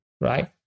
right